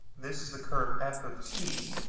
this is the curve f of t.